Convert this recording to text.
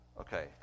Okay